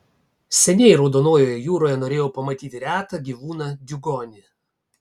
seniai raudonojoje jūroje norėjau pamatyti retą gyvūną diugonį